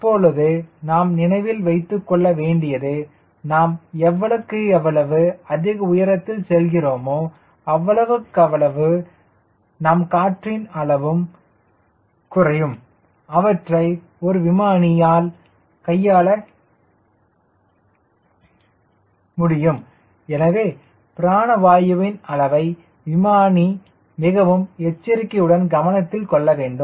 அப்பொழுது நாம் நினைவில் வைத்துக் கொள்ள வேண்டியது நாம் எவ்வளவுக்கு எவ்வளவு அதிக உயரத்தில் செல்கிறோமோ அவ்வளவுக்கவ்வளவு நம் காற்றின் அளவு குறையும் அவற்றை ஒரு விமானி கையாள வேண்டும் எனவே பிராண வாயுவின் அளவை விமானி மிகவும் எச்சரிக்கையுடன் கவனத்தில் கொள்ள வேண்டும்